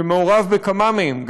שמעורב בכמה מהם,